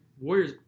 Warriors –